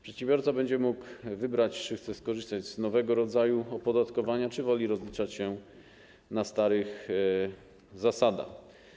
Przedsiębiorca będzie mógł wybrać, czy chce skorzystać z nowego rodzaju opodatkowania, czy woli rozliczać się na starych zasadach.